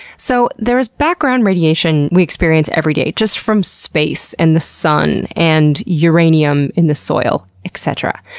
so there is background radiation we experience every day just from space, and the sun, and uranium in the soil, etc.